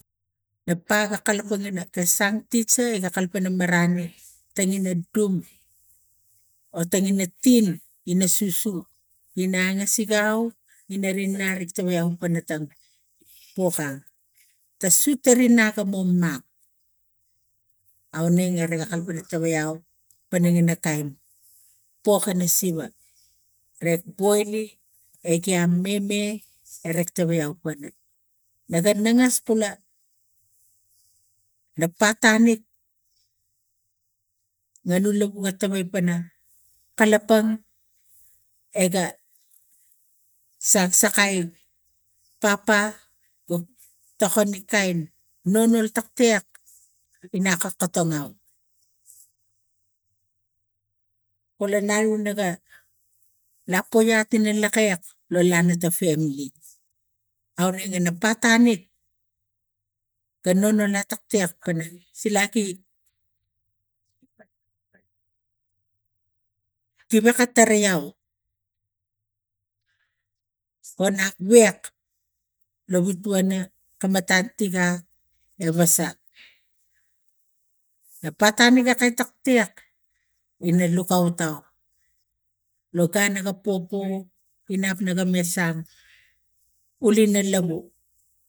Na pa ga kalapang pana ana ga sang tisa iga kalapang ina marani tenge na dum o tenge na tin ina susu in angasik au ina ner nare tawai au pana tang poka ta sut teri nap komom mak aunernge rega kalapang pana tawai au ina kain pok ina siva rek boile ekia meme rektewai au pana naga nangas kula na patane na nu lau ga tawai pana kakpang ega saksakai papa go tokono kain nungal tektek ina akat katong au kolo nau naga aunege na patane ga nono lak tektek silaki gemek ga tari iau onak wek la witwana matan tiga ewa sang. Na patani ga kaitatek ina lukaut au lo gun noga popo inap naga masak ule na luv.